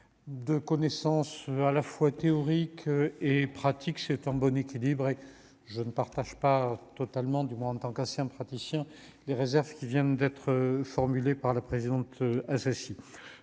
de connaissance à la fois théorique et pratique, c'est un bon équilibre et je ne partage pas totalement, du moins en tant qu'ancien praticien les réserves qui viennent d'être formulées par la présidente, si